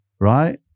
Right